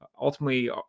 Ultimately